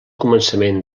començament